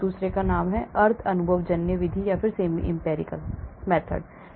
दूसरे को अर्ध अनुभवजन्य विधि कहा जाता है